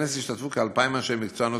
בכנס השתתפו כ-2,000 אנשי מקצוע נוספים.